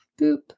Boop